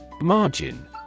margin